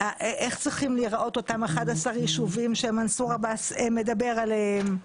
צריכים להיראות אותם 11 יישובים שמנסור עבאס מדבר עליהם.